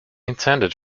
intended